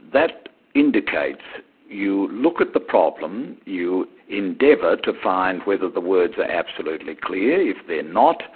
that indicates you look at the problem, you endeavour to find whether the words are absolutely clear. if they're not,